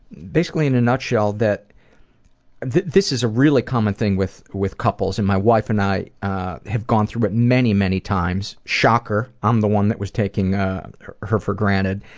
basically in a nutshell, that that this is a really common thing with with couples, and my wife and i have gone through it many, many times. shocker, i'm the one that was taking her for granted.